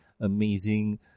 amazing